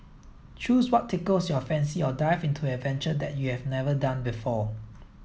choose what tickles your fancy or dive into an adventure that you have never done before